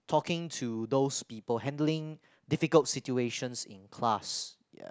talking to those people handling difficult situations in class ya